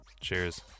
Cheers